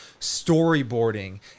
storyboarding